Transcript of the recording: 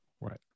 Right